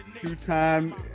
Two-time